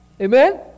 Amen